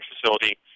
facility